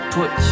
put